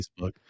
Facebook